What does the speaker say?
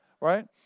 right